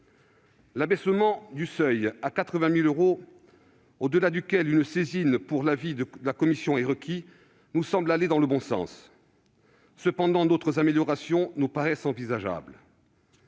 L'abaissement du seuil au-delà duquel une saisine pour avis de la commission DETR est requise à 80 000 euros nous semble aller dans le bon sens. Cependant, d'autres améliorations nous paraissent envisageables.